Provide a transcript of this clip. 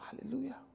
Hallelujah